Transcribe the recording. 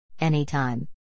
Anytime